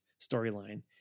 storyline